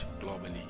globally